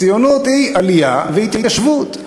הציונות היא עלייה והתיישבות.